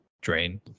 drain